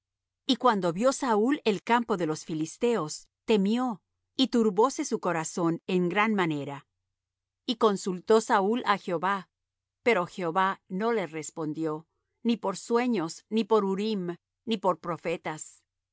y cuando vió saúl el campo de los filisteos temió y turbóse su corazón en gran manera y consultó saúl á jehová pero jehová no le respondió ni por sueños ni por urim ni por profetas